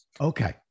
Okay